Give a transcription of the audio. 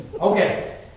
Okay